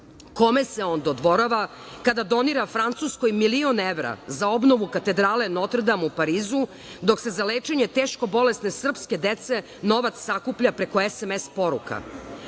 se on dodvorava kada donira Francuskoj milion evra za obnovu katedrale Notr Dam u Parizu, dok se za lečenje teško bolesne srpske dece novac sakuplja preko SMS poruka? Kako